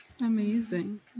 Amazing